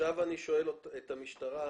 שואל את המשטרה.